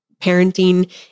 parenting